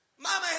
mama